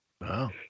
Wow